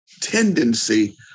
tendency